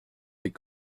des